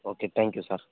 okay thank you sir